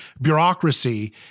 bureaucracy